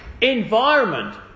environment